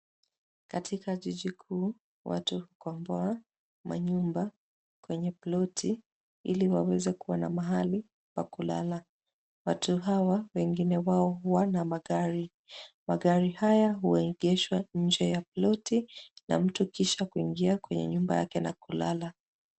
Katika jiji kuu watu hukomboa manyumba kwenye ploti ili waweze kuwa na mahali pa kulala. Watu hawa wengine wao huwa na magari. Magari haya huegeshwa nje ya ploti na mtu kisha kuingia kwenye nyumba yake na kulala.